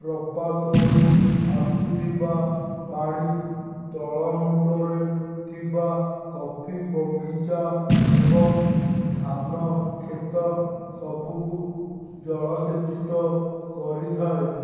ପ୍ରପାତରୁ ଆସୁଥିବା ପାଣି ତଳମୁଣ୍ଡରେ ଥିବା କଫି ବଗିଚା ଏବଂ ଧାନ କ୍ଷେତ ସବୁକୁ ଜଳସେଚିତ କରିଥାଏ